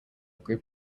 group